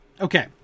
okay